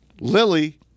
Lily